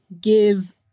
give